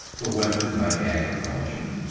the western by agriculture,